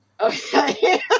Okay